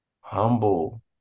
humble